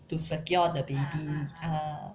to secure the baby ah